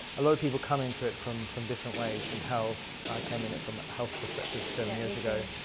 a lot of people come into it from from different ways. from health, i came in it from a health perspective. so yeah, and so